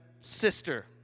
sister